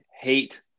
hate